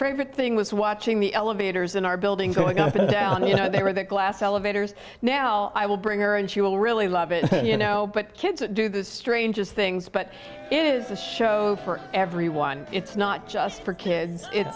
favorite thing was watching the elevators in our buildings going up and down you know they were that glass elevators now i will bring her and she will really love it you know but kids do the strangest things but it is a show for everyone it's not just for kids it's